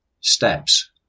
Steps